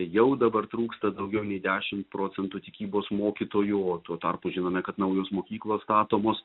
jau dabar trūksta daugiau nei dešim procentų tikybos mokytojų o tuo tarpu žinome kad naujos mokyklos statomos